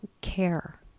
care